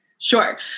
Sure